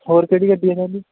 ਹੋਰ ਕਿਹੜੀ ਗੱਡੀ ਹੈ ਸਰ ਜੀ